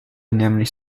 nämlich